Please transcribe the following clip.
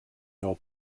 your